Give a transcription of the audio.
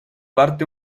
darte